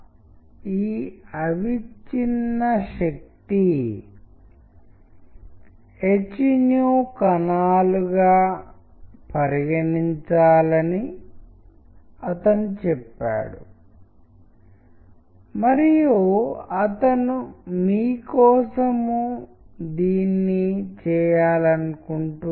వచనంతో ప్రారంభిద్దాం ఒక స్థాయి ధ్వనితో కూడిన వచనం శబ్దాలు మరియు చిత్రాలతో వచనం ఇది మరొక స్థాయి శబ్దాలతో కూడిన వచనం చిత్రాలు సంగీతం మరొక స్థాయి శబ్దాలు చిత్రాలు సంగీతం మరియు ఇంటరాక్టివిటీ తో కూడిన పాఠాలు మరియు మనము మల్టీమీడియా యొక్క పూర్తి అంశాలు కలిగి ఉన్నాము